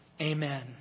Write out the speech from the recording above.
Amen